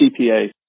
CPA